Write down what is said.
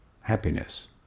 happiness